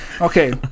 Okay